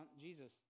Jesus